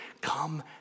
Come